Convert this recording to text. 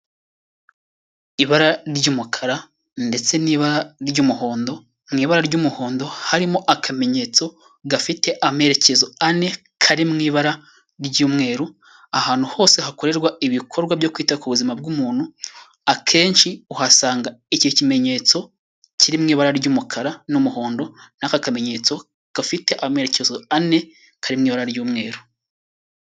Ibara ry'umukara ndetse n'ibara ry'umuhondo, mu ibara ry'umuhondo harimo akamenyetso gafite amerekezo ane, kari mu ibara ry'umweru, ahantu hose hakorerwa ibikorwa byo kwita ku buzima bw'umuntu, akenshi uhasanga iki kimenyetso, kiri mu ibara ry'umukara n'umuhondo n'aka kamenyetso, gafite amerekezo ane, kari mu ibara ry'umweru.